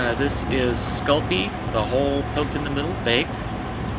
ah this is sculpey with a hole poked in the middle, baked